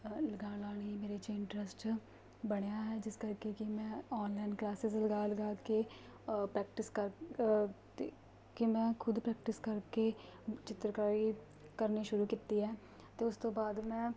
ਲਗਾਉਣ ਨਾਲ ਹੀ ਮੇਰੇ 'ਚ ਇੰਟਰਸਟ ਬਣਿਆ ਹੈ ਜਿਸ ਕਰਕੇ ਕਿ ਮੈਂ ਔਨਲਾਈਨ ਕਲਾਸਿਸ ਲਗਾ ਲਗਾ ਕੇ ਪ੍ਰੈਕਟਿਸ ਕਰ ਕਿ ਮੈਂ ਖੁਦ ਪ੍ਰੈਕਟਿਸ ਕਰਕੇ ਚਿੱਤਰਕਾਰੀ ਕਰਨੀ ਸ਼ੁਰੂ ਕੀਤੀ ਹੈ ਅਤੇ ਉਸ ਤੋਂ ਬਾਅਦ ਮੈਂ